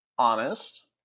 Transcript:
Honest